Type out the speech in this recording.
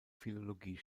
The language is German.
philologie